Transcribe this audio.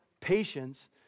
patience